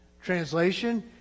Translation